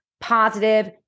positive